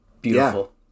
beautiful